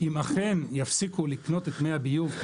אם אכן יפסיקו לקנות את מי הביוב,